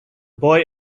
boy